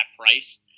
price